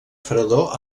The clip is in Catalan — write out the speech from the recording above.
fredor